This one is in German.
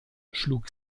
schlug